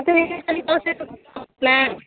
अनि यसपालि दसैँको के छ त प्लान